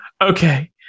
okay